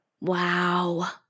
Wow